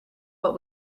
what